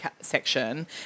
section